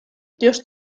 dios